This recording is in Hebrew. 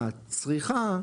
הצריכה,